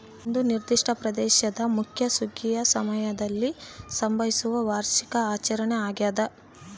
ಒಂದು ನಿರ್ದಿಷ್ಟ ಪ್ರದೇಶದ ಮುಖ್ಯ ಸುಗ್ಗಿಯ ಸಮಯದಲ್ಲಿ ಸಂಭವಿಸುವ ವಾರ್ಷಿಕ ಆಚರಣೆ ಆಗ್ಯಾದ